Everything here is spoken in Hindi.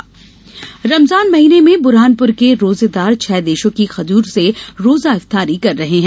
रमजान खजूर रमजान महीने में बुरहानपुर के रोजेदार छह देशों की खजूर से रोजा इफ्तारी कर रहे हैं